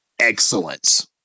excellence